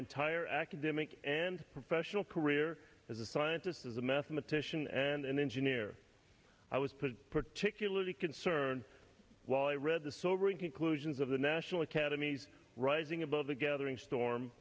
entire academic and professional career as a scientist as a mathematician and an engineer i was put particularly concerned while i read the sobering conclusions of the national academies rising above the gathering storm